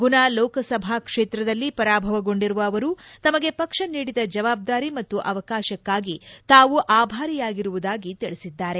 ಗುನಾ ಲೋಕಸಭಾ ಕ್ಷೇತ್ರದಲ್ಲಿ ಪರಾಭವಗೊಂಡಿರುವ ಅವರು ತಮಗೆ ಪಕ್ಷ ನೀಡಿದ ಜವಾಬ್ದಾರಿ ಮತ್ತು ಅವಕಾಶಕ್ಕಾಗಿ ತಾವು ಆಭಾರಿಯಾಗಿರುವುದಾಗಿ ತಿಳಿಸಿದ್ದಾರೆ